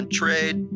trade